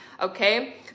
okay